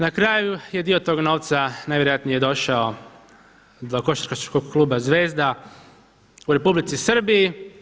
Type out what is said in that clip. Na kraju je dio tog novca najvjerojatnije došao do Košarkaškog kluba Zvezda u Republici Srbiji.